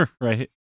right